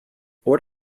what